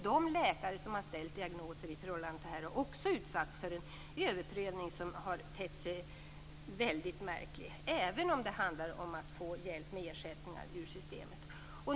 De läkare som har ställt dessa diagnoser har också utsatts för en överprövning som har tett sig väldigt märklig, även om det handlar om att få hjälp med ersättningar från systemet.